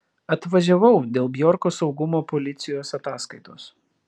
atvažiavau dėl bjorko saugumo policijos ataskaitos